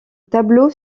tableau